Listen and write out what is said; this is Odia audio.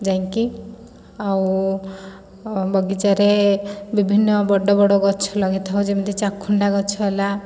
ଯାଇକି ଆଉ ବଗିଚାରେ ବିଭିନ୍ନ ବଡ଼ ବଡ଼ ଗଛ ଲଗାଇଥାଉ ଯେମିତି ଚାକୁଣ୍ଡା ଗଛ ହେଲା